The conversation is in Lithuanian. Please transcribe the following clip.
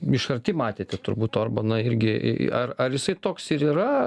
iš arti matėte turbūt orbaną irgi ar ar jisai toks ir yra